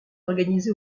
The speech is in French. organisé